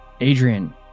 Adrian